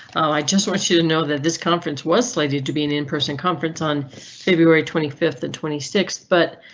i just want you to know that this conference was slated to be an in person conference on february twenty fifth and twenty sixth, but.